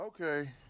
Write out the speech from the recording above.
Okay